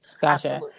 Gotcha